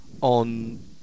on